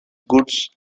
goods